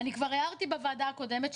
אני כבר הערתי בוועדה הקודמת,